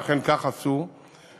ואכן כך עשו ועושים,